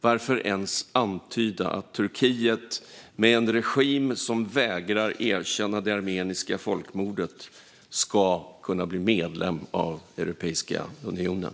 Varför ens antyda att Turkiet, med en regim som vägrar att erkänna folkmordet, ska kunna bli medlem av Europeiska unionen?